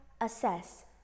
assess